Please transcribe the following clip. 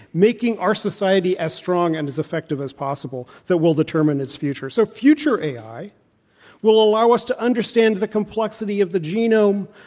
making our society as strong and as effective as possible that will determine its future. so, future ai will allow us to understand the complexity of the genome,